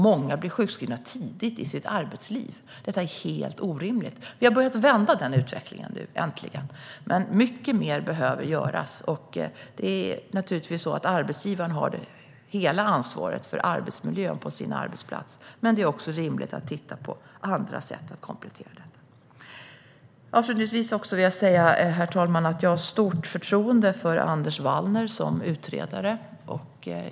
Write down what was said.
Många blir också sjukskrivna tidigt i sitt arbetsliv. Detta är helt orimligt. Vi har nu äntligen börjat vända utvecklingen, men mycket mer behöver göras. Det är naturligtvis så att arbetsgivaren har hela ansvaret för arbetsmiljön på arbetsplatsen, men det är också rimligt att titta på andra sätt att komplettera. Avslutningsvis vill jag säga att jag har stort förtroende för Anders Wallner som utredare, herr talman.